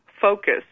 focus